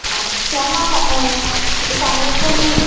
श्वः समयक्रमम्